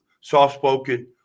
Soft-spoken